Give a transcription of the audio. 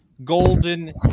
golden